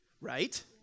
right